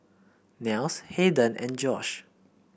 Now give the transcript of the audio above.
Nels Hayden and Josh